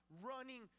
running